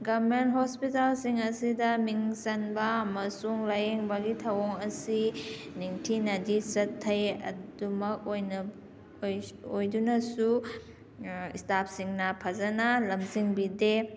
government ꯍꯣꯁꯄꯤꯇꯥꯜꯁꯤꯡ ꯑꯁꯤꯗ ꯃꯤꯡ ꯆꯟꯕ ꯑꯃꯁꯨꯡ ꯂꯥꯏꯌꯦꯡꯕꯒꯤ ꯊꯧꯑꯣꯡ ꯑꯁꯤ ꯅꯤꯡꯊꯤꯅꯗꯤ ꯆꯠꯊꯩ ꯑꯗꯨꯝꯃꯛ ꯑꯣꯏꯅ ꯑꯣꯏꯗꯨꯅꯁꯨ ꯏꯁꯇꯥꯐꯁꯤꯡꯅ ꯐꯖꯅ ꯂꯝꯖꯤꯡꯕꯤꯗꯦ